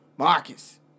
Marcus